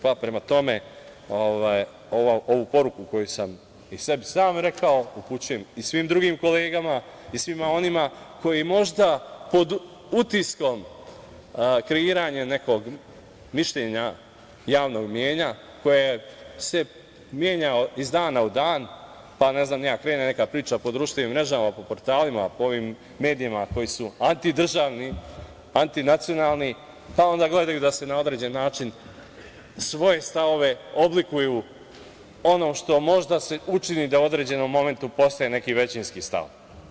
Prema tome, ovu poruku koju sam i sebi sam rekao, upućujem i svim drugim kolegama i svima onima koji možda pod utiskom kreiranja nekog mišljenja javnog mnjenja koje se menja iz dana u dan, pa krene neka priča po društvenim mrežama, po portalima, po medijima koji su antidržavni, antinacionalni, pa onda gledaju da se na određeni način svoji stavovi oblikuju onim što se možda učini da u određenom momentu postane neki većinski stav.